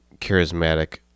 charismatic